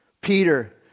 Peter